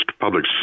public